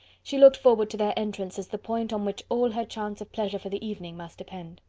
she looked forward to their entrance as the point on which all her chance of pleasure for the evening must depend.